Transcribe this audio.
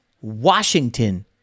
Washington